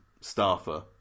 staffer